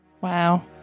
Wow